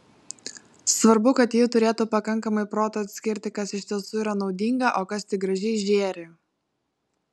svarbu kad ji turėtų pakankamai proto atskirti kas iš tiesų yra naudinga o kas tik gražiai žėri